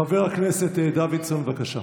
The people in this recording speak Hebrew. חבר הכנסת דוידסון, בבקשה.